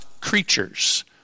creatures